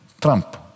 Trump